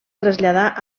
traslladà